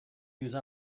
use